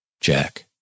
Jack